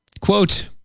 quote